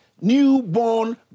newborn